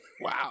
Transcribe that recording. Wow